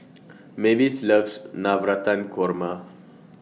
Mavis loves Navratan Korma